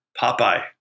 Popeye